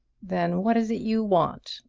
then what is it you want?